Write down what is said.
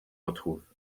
retrouvent